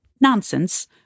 nonsense